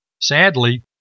Sadly